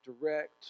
direct